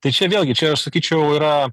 tai čia vėlgi čia aš sakyčiau yra